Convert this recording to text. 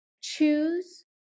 choose